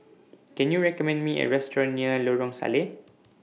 Can YOU recommend Me A Restaurant near Lorong Salleh